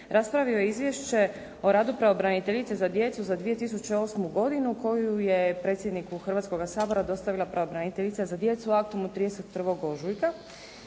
raspravio je Izvješće o radu pravobraniteljice za djecu za 2008. godinu koju je predsjedniku Hrvatskoga sabora dostavila pravobraniteljica za djecu aktom od 31. ožujka.